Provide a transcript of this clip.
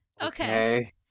Okay